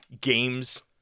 games